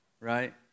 right